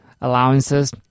allowances